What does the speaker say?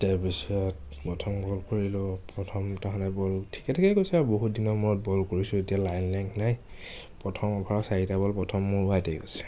তাৰ পিছত প্ৰথম বল কৰিলোঁ প্ৰথমতে হ'লে বল ঠিকে ঠাকে গৈছে আৰু বহুত দিনৰ মূৰত বল কৰিছোঁ এতিয়া লাইন লেগ নাই প্ৰথম অভাৰত চাৰিটা বল প্ৰথম মোৰ ৱাইটে গৈছে